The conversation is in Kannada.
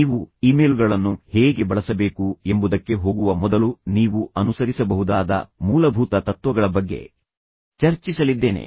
ನೀವು ಇಮೇಲ್ಗಳನ್ನು ಹೇಗೆ ಬಳಸಬೇಕು ಎಂಬುದಕ್ಕೆ ಹೋಗುವ ಮೊದಲು ನೀವು ಅನುಸರಿಸಬಹುದಾದ ಮೂಲಭೂತ ತತ್ವಗಳ ಬಗ್ಗೆ ಚರ್ಚಿಸಲಿದ್ದೇನೆ